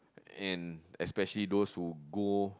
and especially those who go